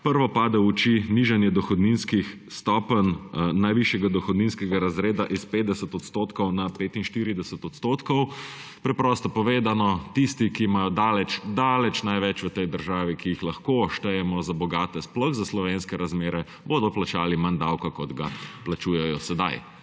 Prvo pade v oči nižanje dohodninskih stopenj najvišjega dohodninskega razreda s 50 % na 45 %. Preprosto povedano, tisti, ki imajo daleč daleč največ v tej državi, ki jih lahko štejemo za bogate, sploh za slovenske razmere, bodo plačali manj davka kot ga plačujejo sedaj.